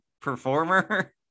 performer